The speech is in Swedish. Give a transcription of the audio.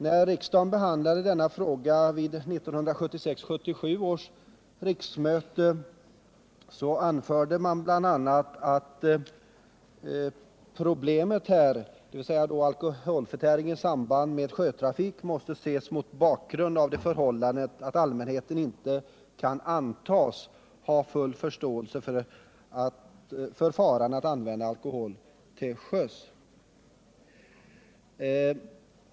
När riksdagen behandlade denna fråga vid 1976/77 års riksmöte anförde man bl.a. att problemet, dvs. alkoholförtäring i samband med sjötrafik, måste ses mot bakgrund av det förhållandet att allmänheten inte kan antas ha full förståelse för faran i att använda alkohol till sjöss.